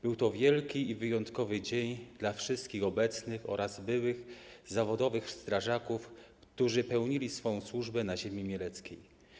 Był to wielki i wyjątkowy dzień dla wszystkich obecnych oraz byłych zawodowych strażaków, którzy pełnili swą służbę na ziemi mieleckiej.